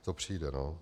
To přijde, no.